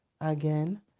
again